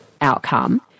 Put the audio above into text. outcome